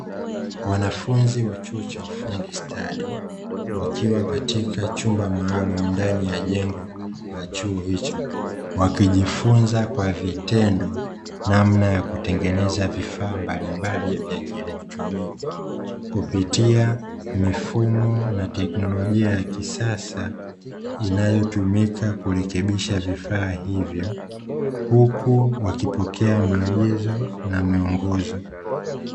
Wanafunzi wa chuo cha ufundi stadi wakiwa katika chumba maalumu ndani ya jengo la chuo hicho, wakijifunza kwa vitendo namna ya kutengeneza vifaa mbalimbali vya kielektroni kupitia mifumo na teknolojia ya kisasa inayotumika kurekebisha vifaa hivyo, huku wakipokea maagizo na miongozo.